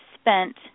spent